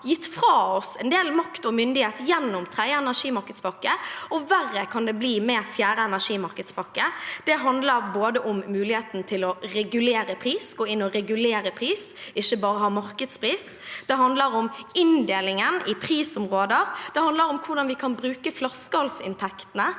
gitt fra oss en del makt og myndighet gjennom tredje energimarkedspakke, og verre kan det bli med fjerde energimarkedspakke. Det handler bl.a. om muligheten til å gå inn og regulere pris, ikke bare ha markedspris. Det handler inndelingen i prisområder. Det handler om hvordan vi kan bruke flaskehalsinntektene.